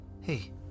Hey